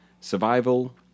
survival